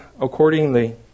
accordingly